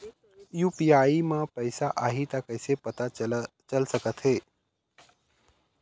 UPI म पैसा आही त कइसे पता चल सकत हे?